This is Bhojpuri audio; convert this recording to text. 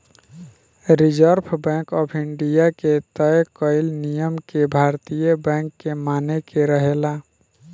रिजर्व बैंक ऑफ इंडिया के तय कईल नियम के भारतीय बैंक के माने के रहेला